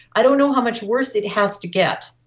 i don't know how much worse it has to get.